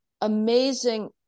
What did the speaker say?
amazing